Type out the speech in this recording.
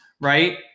right